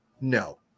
No